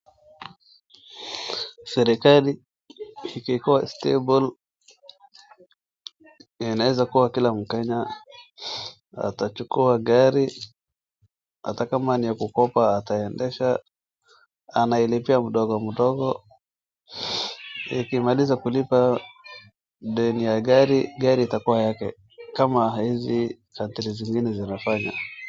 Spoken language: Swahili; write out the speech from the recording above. Serikali ikikua stable inaweza kuwa kila mkenya anachukua gari ata kama ni ya kukopa ataaendesha analipia mdogo mdogo ikimaliza kulipa deni ya gari .Gari inakua yake kama awezi zingine zinifanya.